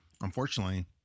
unfortunately